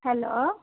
hello